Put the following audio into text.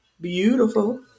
beautiful